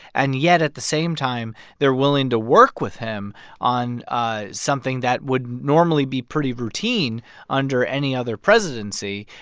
and yet, at the same time, they're willing to work with him on ah something that would normally be pretty routine under any other presidency.